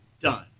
done